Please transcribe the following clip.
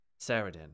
Saradin